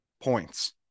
points